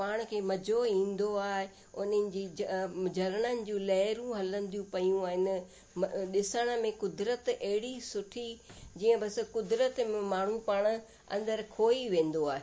पाण खे मज़ो ईंदो आहे उन्हनि जी झरननि जूं लहरूं हलंदियूं पियूं आहिनि ॾिसण में क़ुदिरत अहिड़ी सुठी जीअं बसि क़ुदिरत में माण्हू पाण अंदरु खोई वेंदो आहे